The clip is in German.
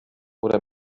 oder